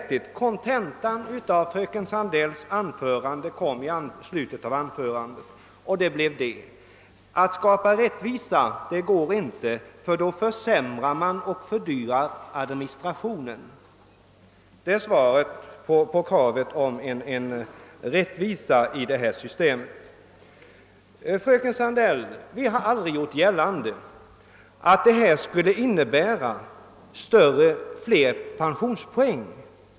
Kontentan av fröken Sandells resonemang, som framkom i slutet av hennes anförande, blev att det inte är möjligt att skapa rättvisa, eftersom man då försämrar och fördyrar administrationen. Detta var hennes svar på kravet på rättvisa i systemet. Fröken Sandell! Vi har aldrig gjort gällande att vårt förslag skulle ge flera pensionspoäng.